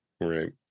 Right